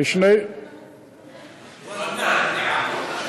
ואדי אלנעם.